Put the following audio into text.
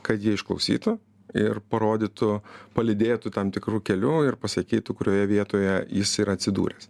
kad jie išklausytų ir parodytų palydėtų tam tikru keliu ir pasakytų kurioje vietoje jis yra atsidūręs